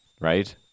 right